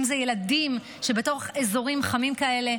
אם זה ילדים שבתוך אזורים חמים כאלה,